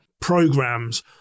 programs